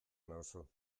nauzu